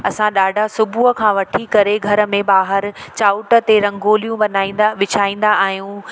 असां ॾाढा सुबुह खां वठी करे घर में ॿाहिरि चांउठि ते रंगोलियूं मल्हाईंदा विछाईंदा आहियूं